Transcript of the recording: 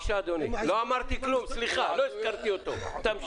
אז אני